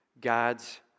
God's